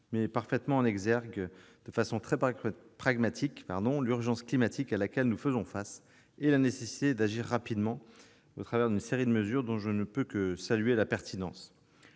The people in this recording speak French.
met parfaitement en exergue, de façon très pragmatique, l'urgence climatique à laquelle nous faisons face et la nécessité d'agir rapidement une série de mesures, dont je ne peux que saluer la pertinence.